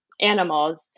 animals